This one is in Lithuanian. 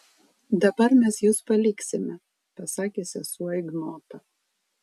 dabar mes jus paliksime pasakė sesuo ignotą